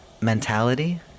mentality